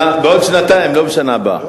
בעוד שנתיים, לא בשנה הבאה.